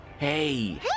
Hey